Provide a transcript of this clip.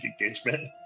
engagement